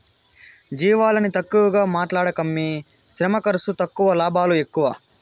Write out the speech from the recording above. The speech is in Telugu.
జీవాలని తక్కువగా మాట్లాడకమ్మీ శ్రమ ఖర్సు తక్కువ లాభాలు ఎక్కువ